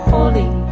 Holy